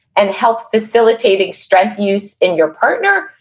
and help facilitating strength use in your partner,